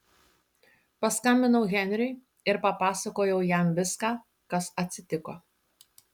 paskambinau henriui ir papasakojau jam viską kas atsitiko